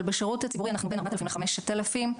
אבל בשירות הציבורי אנחנו בין 4,000 ל- 5,000,